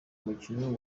umukino